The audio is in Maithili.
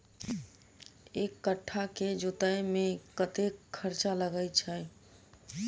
एक कट्ठा केँ जोतय मे कतेक खर्चा लागै छै?